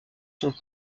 sont